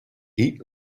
eat